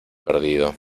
perdido